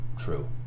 true